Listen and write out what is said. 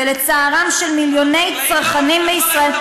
ולצערם של מיליוני צרכנים בישראל,